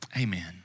Amen